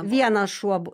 vienas šuo